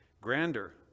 Grander